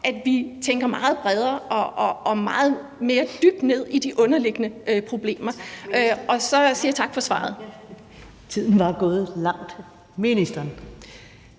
at vi tænker meget bredere og meget mere dybt ned i de underliggende problemer. Og så siger jeg tak for svaret. Kl. 15:35 Første næstformand